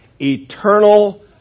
eternal